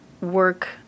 work